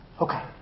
Okay